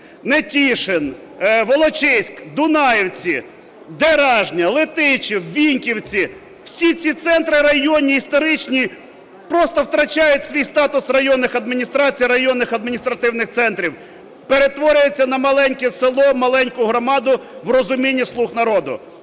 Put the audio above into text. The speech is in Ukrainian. Нетішин, Волочиськ, Дунаївці, Деражня, Летичів, Віньківці – всі ці центри районні, історичні просто втрачають свій статус районних адміністрацій, районних адміністративних центрів, перетворюються на маленьке село, маленьку громаду в розумінні "слуг народу".